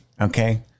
okay